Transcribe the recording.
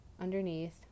underneath